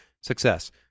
Success